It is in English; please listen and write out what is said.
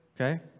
okay